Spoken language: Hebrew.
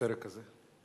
בפרק הזה.